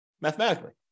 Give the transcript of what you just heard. mathematically